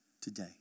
Today